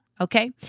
Okay